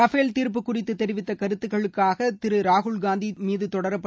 Rafale தீர்ப்பு குறித்து தெரிவித்த கருத்துகளுக்காக திரு ராகுல் காந்தி தொடரப்பட்ட